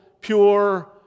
pure